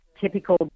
typical